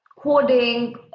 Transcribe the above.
coding